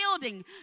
building